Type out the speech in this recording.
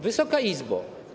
Wysoka Izbo!